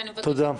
תודה.